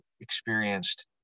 experienced